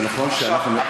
זה נכון שאנחנו עכשיו,